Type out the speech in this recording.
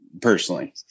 personally